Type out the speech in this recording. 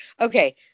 Okay